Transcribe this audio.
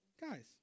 Guys